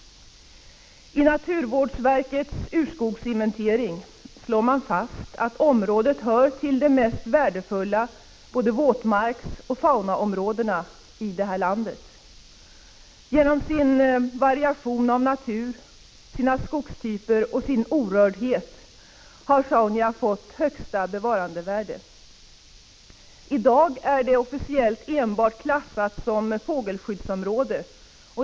I naturvårdsverkets urskogsinventering slår man fast att området hör till de mest värdefulla våtmarksoch faunaområdena i landet. Genom sin variation av natur, sina skogstyper och sin orördhet har Sjaunja fått högsta bevarandevärde. I dag är det officiellt enbart klassat som fågelskyddsområde.